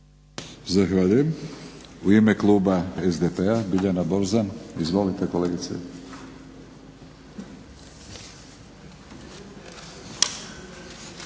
Zahvaljujem. U ime kluba SDP-a Biljana Borzan. Izvolite kolegice.